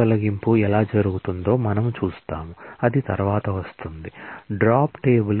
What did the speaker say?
మార్చవచ్చు